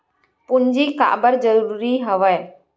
पूंजी काबर जरूरी हवय?